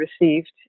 received